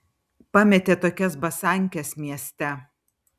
pametė tokias basankes mieste